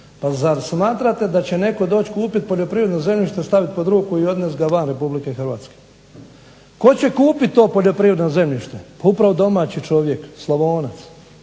pa zar smatrate da će netko doći kupiti poljoprivredno zemljište, staviti pod ruku i odnijeti ga van RH? Tko će kupiti to poljoprivredno zemljište? Pa upravo domaći čovjek, Slavonac.